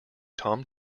tom